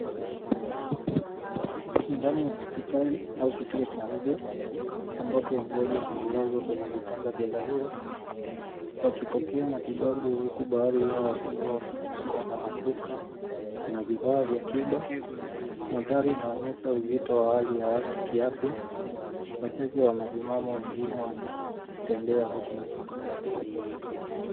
Ni ndani ya hospitali au kituo cha afya ambapo wagonjwa wamelazwa kwenye vitanda vya dharura wakipokea matibabu, huku baadhi yao wakiwa wamefunikwa na mashuka, kuna vifaa vya tiba, mandhari inaonyesha uzito wa hali ya kiafya, wachache wanasimama, wengine wakitembea huku na kule.